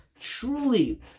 truly